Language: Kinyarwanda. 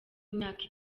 imyaka